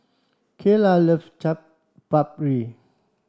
Kaylah loves Chaat Papri